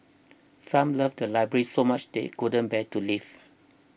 some love the library so much they couldn't bear to leave